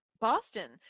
Boston